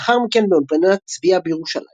ולאחר מכן באולפנת צביה בירושלים.